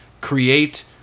create